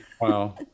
Wow